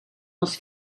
els